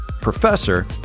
professor